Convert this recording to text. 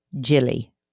Jilly